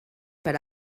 per